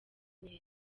neza